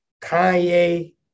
Kanye